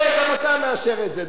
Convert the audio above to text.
אתה רואה, גם אתה מאשר את זה.